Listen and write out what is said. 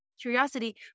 curiosity